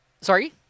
Sorry